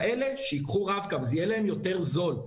כאלה, שייקחו רב-קו, זה יהיה להם יותר זול.